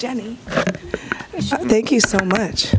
jenny thank you so much